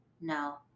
No